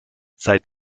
seit